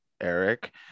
Eric